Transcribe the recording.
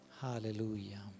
Hallelujah